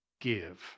give